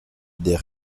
des